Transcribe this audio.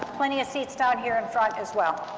plenty of seats down here, in front, as well,